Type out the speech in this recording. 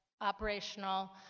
operational